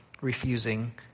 refusing